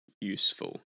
useful